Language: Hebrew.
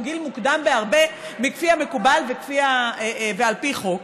הוא גיל מוקדם בהרבה מכפי המקובל ועל פי חוק.